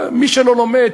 מי שלא לומד,